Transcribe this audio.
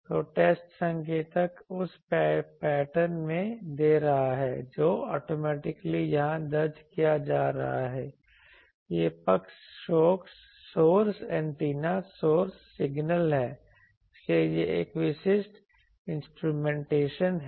तो टेस्ट संकेतक उस पैटर्न में दे रहा है जो ऑटोमेटिकली यहां दर्ज किया जा रहा है यह पक्ष सोर्स एंटीना सोर्स सिग्नल है इसलिए यह एक विशिष्ट इंस्ट्रूमेंटेशन है